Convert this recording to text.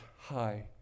high